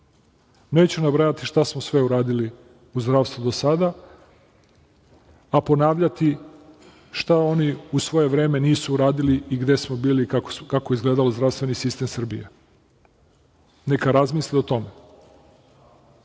Neću nabrajati šta smo sve uradili u zdravstvu do sada, a ponavljati šta oni u svoje vreme nisu uradili i gde su bili kako je izgledao zdravstveni sistem Srbije. Neka razmisle o tome. Sa